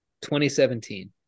2017